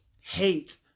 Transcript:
hate